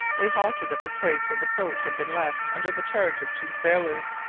we halted at the place where the boat had been left under the charge of two sailors,